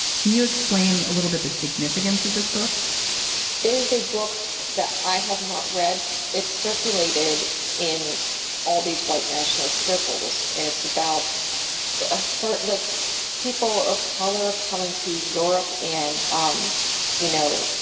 can you explain a little bit the significance of this book? it is a book that i have not read. it's circulated in all these white nationalist circles. and it's about a heart like people of color are coming to europe and, um you know,